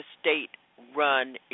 state-run